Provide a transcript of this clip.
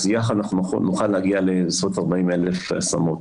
אז יחד נוכל להגיע לסביבות 40,000 השמות.